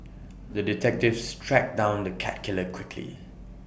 the detectives tracked down the cat killer quickly